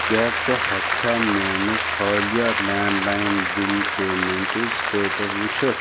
کیٛاہ ژٕ ہیٚکہِ کھا میٛٲنس حالیہ لینٛڈ لاین بل پیمیٚنٹٕچ سٹیٹس وُچھِتھ